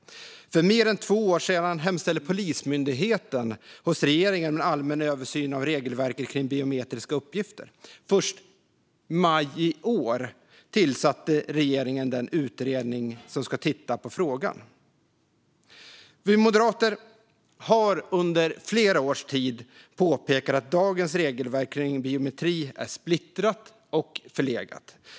För mer än två år sedan hemställde Polismyndigheten hos regeringen om en allmän översyn av regelverket för biometriska uppgifter. Först i maj i år tillsatte regeringen den utredning som ska titta på frågan. Vi moderater har under flera års tid påpekat att dagens regelverk för biometri är splittrat och förlegat.